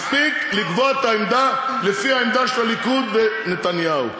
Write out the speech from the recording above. מספיק לקבוע את העמדה לפי העמדה של הליכוד ונתניהו.